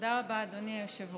תודה רבה, אדוני היושב-ראש.